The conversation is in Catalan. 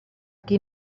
qui